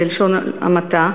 בלשון המעטה.